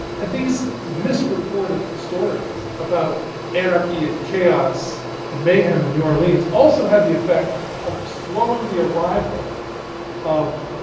and these misreported stories about anarchy and chaos and mayhem in new orleans also had the effect of slowing the arrival of